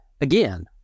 again